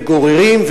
וגוררים,